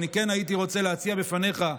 כן הייתי רוצה להציע בפניך,